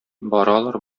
баралар